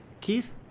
Keith